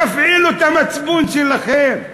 תפעילו את המצפון שלכם.